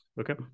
Okay